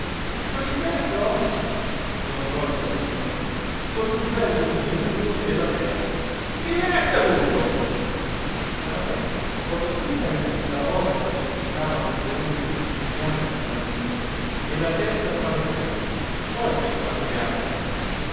cosí presto domandò al patrigno col piú bel musino duro della terra che le è accaduto sciaramè guardò prima il la rosa che se ne stava coi gomiti sul piano del tavolino e la testa tra le mani poi disse alla figliastra